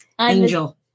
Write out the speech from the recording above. angel